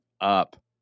up